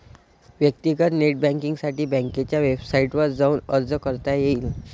व्यक्तीगत नेट बँकींगसाठी बँकेच्या वेबसाईटवर जाऊन अर्ज करता येईल